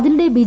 അതിനിടെ ബി